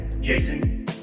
Jason